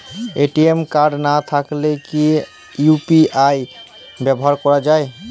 ATM card না থাকলে কি ইউ.পি.আই ব্যবহার করা য়ায়?